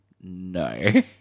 no